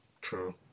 True